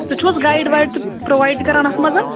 تُہۍ چھُو حظ گایِڈ وایِڈ تہِ پرٛووایِڈ تہِ کران اَتھ منٛز